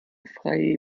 frei